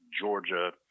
Georgia